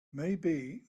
maybe